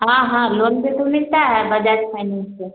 हाँ हाँ लोन पर तो मिलता है बजाज फाइनेंस पर